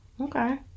Okay